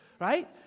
right